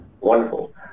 Wonderful